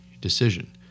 decision